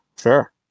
sure